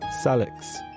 salix